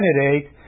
candidate